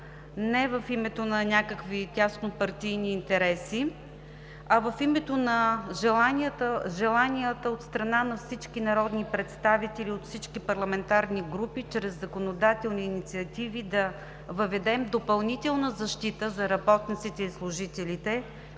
не в името на някакви тясно партийни интереси, а в името на желанията от страна на всички народни представители от всички парламентарни групи чрез законодателни инициативи да въведем допълнителна защита за работниците и служителите